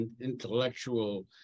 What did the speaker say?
intellectual